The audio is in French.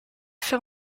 fer